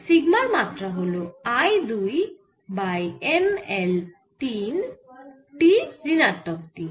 সিগমার মাত্রা হল I দুই বাই M L তিন T ঋণাত্মক তিন